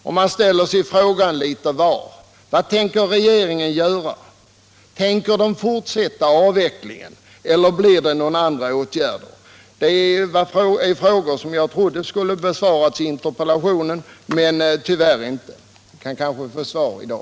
Litet var ställer man sig frågan: Vad tänker regeringen göra? Tänker den fortsätta avvecklingen eller blir det några andra åtgärder? Det är frågor som jag trodde skulle besvaras i dag. Det blev tyvärr inte fallet. Men vi kanske fortfarande kan få svar på dem.